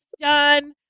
done